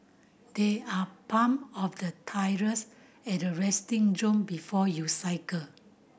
there are pump of the tyres at the resting zone before you cycle